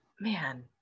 man